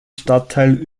stadtteil